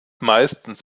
meistens